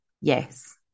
Yes